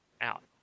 out